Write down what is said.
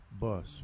bus